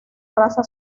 raza